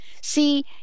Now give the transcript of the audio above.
See